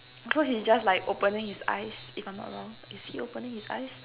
so he just like opening his eyes if I'm not wrong is he opening his eyes